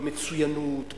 במצוינות,